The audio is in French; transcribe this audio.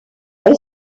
elle